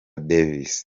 davis